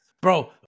Bro